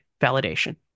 validation